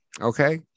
okay